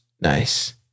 Nice